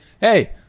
hey